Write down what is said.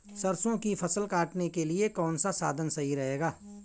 सरसो की फसल काटने के लिए कौन सा साधन सही रहेगा?